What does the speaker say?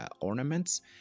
ornaments